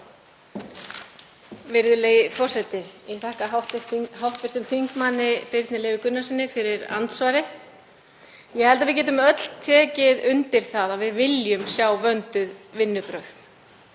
Virðulegi forseti. Ég þakka hv. þm. Birni Leví Gunnarssyni fyrir andsvarið. Ég held að við getum öll tekið undir það að við viljum sjá vönduð vinnubrögð.